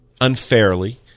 unfairly